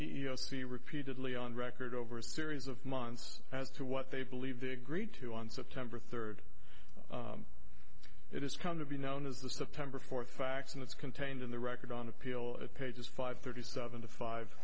c repeatedly on record over a series of months as to what they believe they agreed to on september third it has come to be known as the september fourth facts and it's contained in the record on appeal pages five thirty seven to five